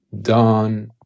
done